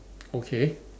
okay